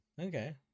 Okay